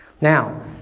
Now